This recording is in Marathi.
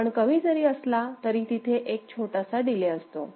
पण कमी जरी असला तरी तिथे एक छोटासा डिले असतो